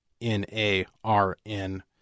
N-A-R-N